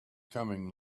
coming